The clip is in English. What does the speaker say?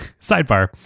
Sidebar